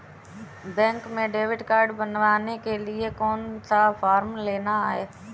Bank में debit card बनवाने के लिए कौन सा फॉर्म लेना है?